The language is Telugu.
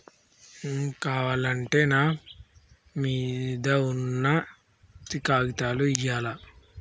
లోన్ కావాలంటే నా పేరు మీద ఉన్న ఆస్తి కాగితాలు ఇయ్యాలా?